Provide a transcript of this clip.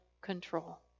control